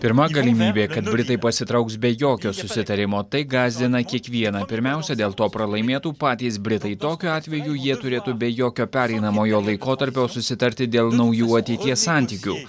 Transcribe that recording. pirma galimybė kad britai pasitrauks be jokio susitarimo tai gąsdina kiekvieną pirmiausia dėl to pralaimėtų patys britai tokiu atveju jie turėtų be jokio pereinamojo laikotarpio susitarti dėl naujų ateities santykių